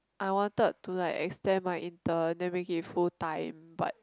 I wanted to like extend my intern then make it full time but